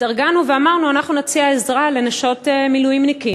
התארגנו ואמרנו: אנחנו נציע עזרה לנשות מילואימניקים,